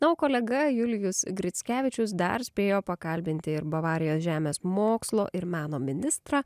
na o kolega julijus grickevičius dar spėjo pakalbinti ir bavarijos žemės mokslo ir meno ministrą